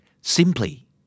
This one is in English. Simply